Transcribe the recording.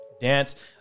dance